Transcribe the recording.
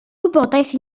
wybodaeth